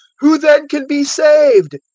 who then can be saved?